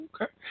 Okay